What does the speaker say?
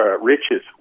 riches